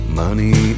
money